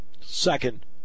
second